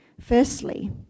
firstly